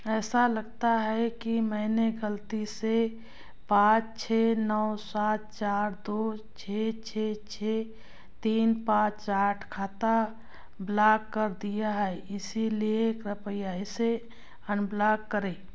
ऐसा लगता है कि मैंने गलती से पाँच छः नौ सात चार दो छः छः छः तीन पाँच आठ खाता ब्लॉक कर दिया है इसलिए कृपया इसे अनब्लॉक करें